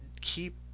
keep